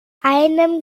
einem